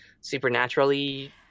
supernaturally